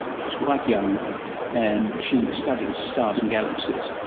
she's quite young and she studies stars and galaxies.